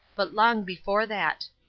but long before that.